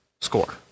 score